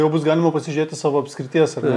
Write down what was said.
jau bus galima pasižiūrėti savo apskrities ar ne